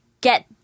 get